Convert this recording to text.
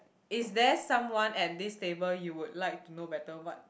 is there someone at this table you would like to know better what